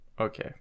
Okay